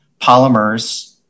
polymers